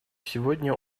сегодня